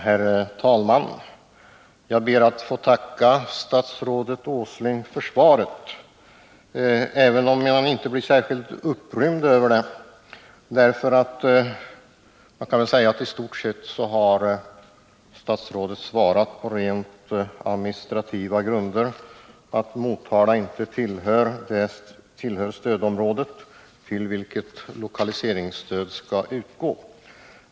Herr talman! Jag ber att få tacka statsrådet Åsling för svaret, även om jag inte blir särskilt upprymd av det, för jag kan väl säga att i stort sett har statsrådet svarat på rent administrativa grunder, att Motala inte tillhör stödområdet till vilket lokaliseringsstöd skall utgå.